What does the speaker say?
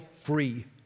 free